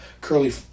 curly